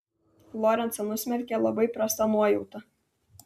lorencą nusmelkė labai prasta nuojauta